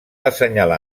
assenyalar